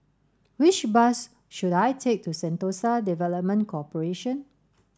which bus should I take to Sentosa Development Corporation